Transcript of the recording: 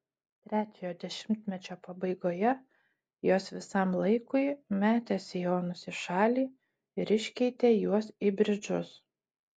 trečiojo dešimtmečio pabaigoje jos visam laikui metė sijonus į šalį ir iškeitė juos į bridžus